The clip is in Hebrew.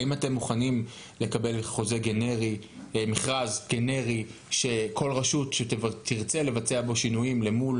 האם אתם מוכנים לקבל מכרז גנרי שכל רשות שתרצה לבצע בו שינויים למול